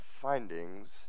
findings